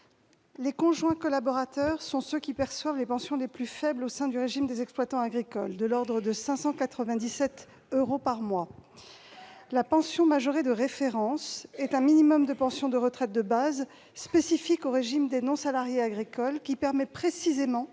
les conjoints collaborateurs sont ceux qui perçoivent les pensions les plus faibles, de l'ordre de 597 euros par mois. La pension majorée de référence est un minimum de pension de retraite de base spécifique au régime des non-salariés agricoles qui permet précisément